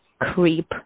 creep